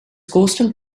coastal